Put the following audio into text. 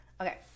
Okay